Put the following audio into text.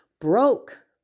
broke